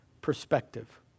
perspective